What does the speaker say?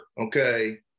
Okay